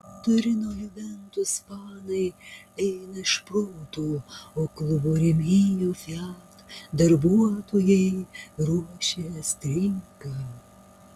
turino juventus fanai eina iš proto o klubo rėmėjo fiat darbuotojai ruošia streiką